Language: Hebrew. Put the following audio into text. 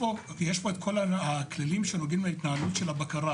שאנחנו המומים מזה שהולכים לפרק את כל הכשרות של הרבנות,